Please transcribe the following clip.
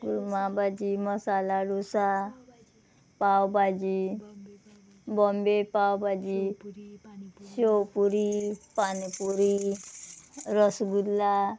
kurma bhaji masala dosa pav bhaji Bombay pav bhaji shevpuri panpuri rasgulla